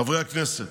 חברי הכנסת,